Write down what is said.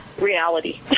Reality